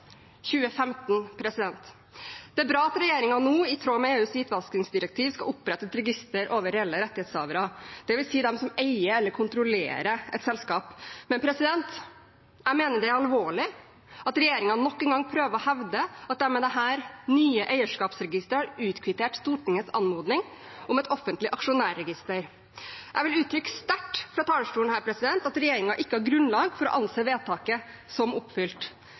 2015, president. Det er bra at regjeringen nå, i tråd med EUs hvitvaskingsdirektiv, skal opprette et register over reelle rettighetshavere, det vil si de som eier eller kontrollerer et selskap. Men jeg mener det er alvorlig at regjeringen nok en gang prøver å hevde at de med dette nye eierskapsregisteret har utkvittert Stortingets anmodning om et offentlig aksjonærregister. Jeg vil uttrykke sterkt fra talerstolen her at regjeringen ikke har grunnlag for å anse vedtaket som oppfylt.